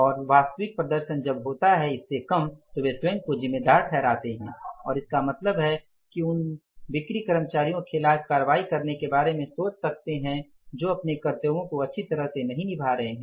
और जब वास्तविक प्रदर्शन इससे कम होता है तो वे स्वयं को जिम्मेदार ठहराते हैं और इसका मतलब है कि हम उन बिक्री कर्मचारियों के खिलाफ कार्रवाई करने के बारे में सोच सकते हैं जो अपने कर्तव्यों को अच्छी तरह से नहीं निभा रहे हैं